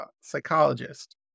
psychologist